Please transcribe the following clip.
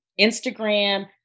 Instagram